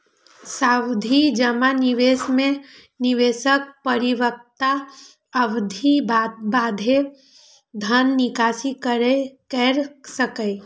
सावधि जमा निवेश मे निवेशक परिपक्वता अवधिक बादे धन निकासी कैर सकैए